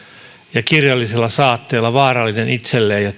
ja kirjallisella saatteella vaarallinen itselleen ja